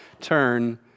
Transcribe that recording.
turn